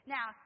Now